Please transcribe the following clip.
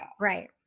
Right